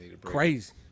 crazy